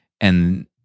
and-